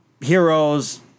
heroes